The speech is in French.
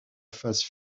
phase